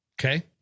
Okay